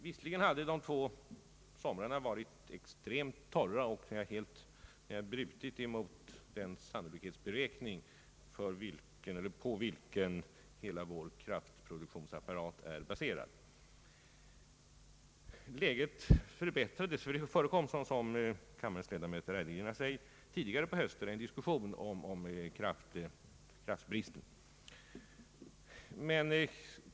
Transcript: Visserligen hade de två senaste somrarna varit extremt torra och helt brutit emot den sannolikhetsberäkning på vilken hela vår kraftproduktionsapparat är baserad. Det förekom, som kammarens ledamöter erinrat sig, tidigare på hösten en diskussion om kraftbristen.